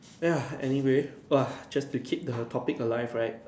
ya anyway !wah! just to keep the topic alive right